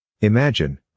Imagine